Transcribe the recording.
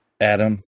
Adam